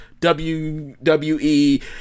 WWE